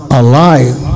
alive